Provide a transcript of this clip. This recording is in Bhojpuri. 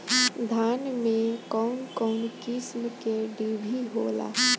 धान में कउन कउन किस्म के डिभी होला?